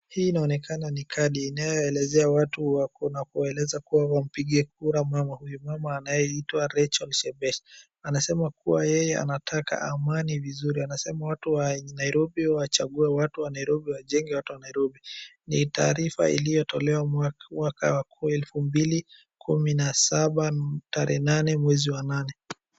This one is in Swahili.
Hii inaonekana ni kadi inayoelezea watu wako na kuwaelezea kuwa wampigie kura, mama huyu. Mama anayeitwa Rachael shebesh. Anasema kuwa yeye anataka amani vizuri. Anasema watu wa Nairobi wachague watu wa Nairobi wajenge watu wa Nairobi. Ni taarifa iliyotolewa mwaka wa elfu mbili kumi na saba, tarehe nane mwezi wa nane.